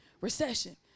recession